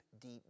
deep